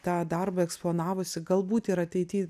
tą darbą eksponavusi galbūt ir ateity